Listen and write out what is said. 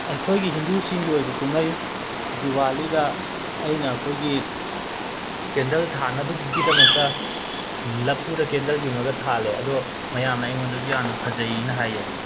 ꯑꯩꯈꯣꯏꯒꯤ ꯍꯤꯟꯗꯨꯁꯤꯡꯒꯤ ꯑꯣꯏꯕ ꯀꯨꯝꯍꯩ ꯗꯤꯋꯥꯂꯤꯗ ꯑꯩꯅ ꯑꯩꯈꯣꯏꯒꯤ ꯀꯦꯟꯗꯜ ꯊꯥꯟꯅꯕꯒꯤꯗꯃꯛꯇ ꯂꯐꯨꯗ ꯀꯦꯟꯗꯜ ꯌꯨꯡꯉꯒ ꯊꯥꯜꯂꯦ ꯑꯗꯣ ꯃꯌꯥꯝꯅ ꯑꯩꯉꯣꯟꯗꯁꯨ ꯌꯥꯝꯅ ꯐꯖꯩꯅ ꯍꯥꯏꯌꯦ